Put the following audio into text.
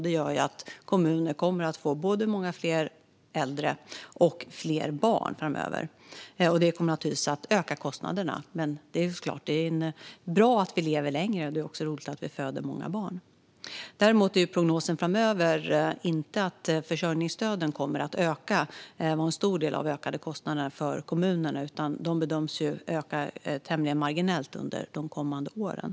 Det gör att kommunerna kommer att få både många fler äldre och fler barn framöver. Detta kommer naturligtvis att öka kostnaderna. Men det är klart att det är bra att vi lever längre, och det är roligt att vi föder många barn. Prognosen framöver visar däremot inte att försörjningsstöden kommer att öka och vara en stor del av de ökade kostnaderna för kommunerna. De bedöms öka tämligen marginellt under de kommande åren.